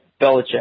Belichick